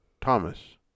Thomas